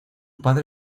padre